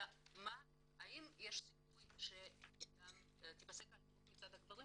אלא האם יש סיכוי שתיפסק האלימות מצד הגברים